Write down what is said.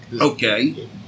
Okay